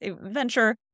venture